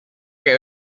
que